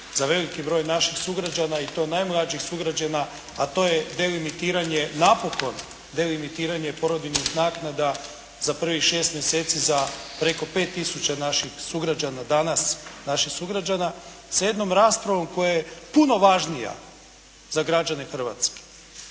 za veliki broj naših sugrađana i to najmlađih sugrađana a to je delimitiranje, napokon, delimitiranje porodiljnih naknada za prvih 6 mjeseci za preko 5 tisuća naših sugrađana danas, naših sugrađana, sa jednom raspravom koja je puno važnija za građane Hrvatske